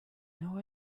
know